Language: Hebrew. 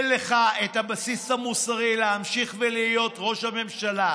אין לך הבסיס המוסרי להמשיך ולהיות ראש הממשלה.